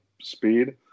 speed